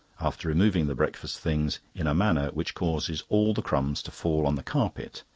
after removing the breakfast things, in a manner which causes all the crumbs to fall on the carpet,